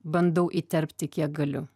bandau įterpti kiek galiu